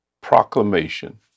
proclamation